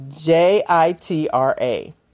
J-I-T-R-A